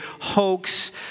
hoax